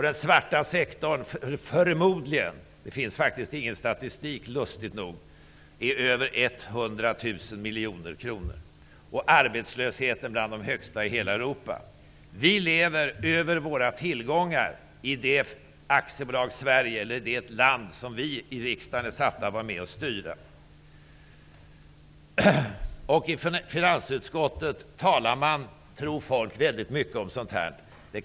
Den svarta sektorn omfattar över 100 000 miljoner, förmodligen -- det finns faktiskt ingen statistik, lustigt nog. Arbetslösheten är bland de högsta i hela Vi lever över våra tillgångar i AB Sverige, det land vi i riksdagen är satta att vara med om att styra. I finansutskottet talar man mycket om detta, tror folk.